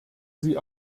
sie